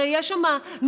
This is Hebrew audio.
הרי יש שם ניואנסים,